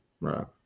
right